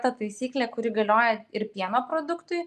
ta taisyklė kuri galioja ir pieno produktui